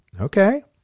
Okay